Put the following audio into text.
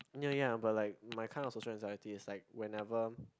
ya ya but like my kind of social anxiety is like whenever